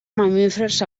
mamífers